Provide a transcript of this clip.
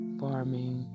farming